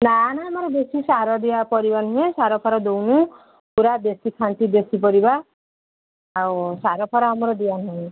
ନା ନା ଆମର ବେଶୀ ସାର ଦିଆ ପରିବା ନୁହେଁ ସାର ଫାର ଦେଉନୁ ପୁରା ଦେଶୀ ଖାଣ୍ଟି ଦେଶୀ ପରିବା ଆଉ ସାର ଫାର ଆମର ଦିଆ ନୁହେଁ